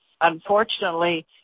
Unfortunately